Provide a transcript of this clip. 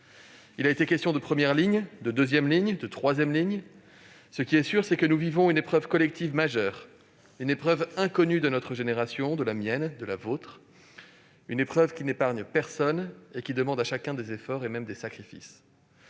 Il a été question de première ligne, de deuxième ligne, de troisième ligne. Ce qui est sûr, c'est que nous vivons une épreuve collective majeure, une épreuve inconnue de notre génération- de la mienne, de la vôtre -, une épreuve qui n'épargne personne et qui demande à chacun des efforts et même des sacrifices.